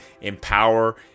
empower